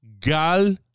Gal